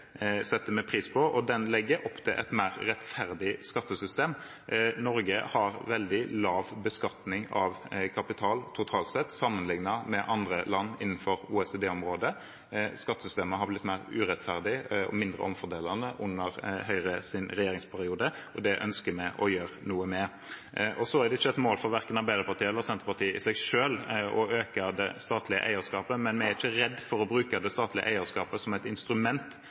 setter vi pris på. Den legger opp til et mer rettferdig skattesystem. Norge har veldig lav beskatning av kapital totalt sett, sammenlignet med andre land innenfor OECD-området. Skattesystemet er blitt mer urettferdig og mindre omfordelende under Høyres regjeringsperiode, og det ønsker vi å gjøre noe med. Så er det ikke et mål i seg selv for verken Arbeiderpartiet eller Senterpartiet å øke det statlige eierskapet, men vi er ikke redd for å bruke det statlige eierskapet som et instrument